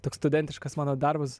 toks studentiškas mano darbas